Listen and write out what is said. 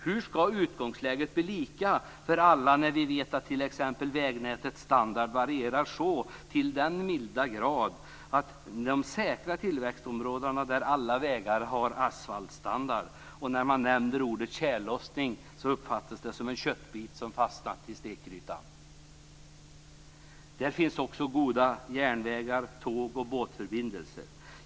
Hur skall utgångsläget bli lika för alla när vi vet att t.ex. vägnätets standard varierar så till den milda grad att de redan nu säkra tillväxtområdena har alla sina vägar med asfaltstandard, och där ordet tjällossning uppfattas som en köttbit som fastnat i stekgrytan? Därtill finns det också goda järnvägar, tåg och båtförbindelser.